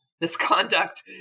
misconduct